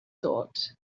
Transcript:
thought